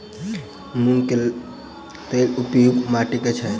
मूली केँ लेल उपयुक्त माटि केँ छैय?